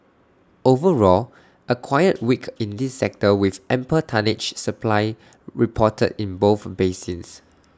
overall A quiet week in this sector with ample tonnage supply reported in both basins